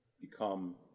become